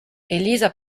elisa